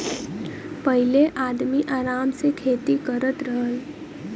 पहिले आदमी आराम से खेती करत रहल